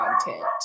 content